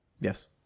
Yes